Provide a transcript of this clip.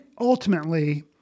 ultimately